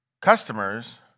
Customers